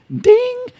Ding